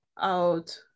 out